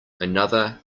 another